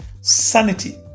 sanity